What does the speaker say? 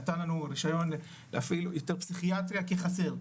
נתן לנו רשיון להפעיל יותר פסיכיאטריה כי חסר,